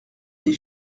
des